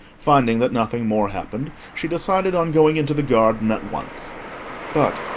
finding that nothing more happened, she decided on going into the garden at once but,